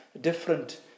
different